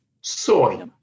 soy